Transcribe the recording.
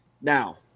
Now